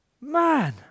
Man